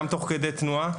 גם תוך כדי תנועה,